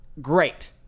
great